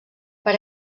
per